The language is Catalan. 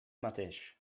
mateix